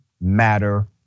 matter